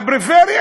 הפריפריה,